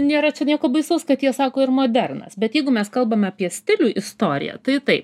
nėra čia nieko baisaus kad jie sako ir modernas bet jeigu mes kalbam apie stilių istoriją tai tai